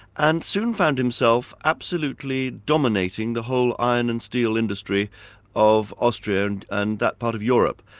and soon found himself absolutely dominating the whole iron and steel industry of austria and and that part of europe,